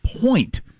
point